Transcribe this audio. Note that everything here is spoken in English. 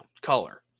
color